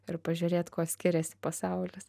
ir pažiūrėt kuo skiriasi pasaulis